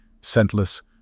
scentless